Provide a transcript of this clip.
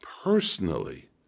personally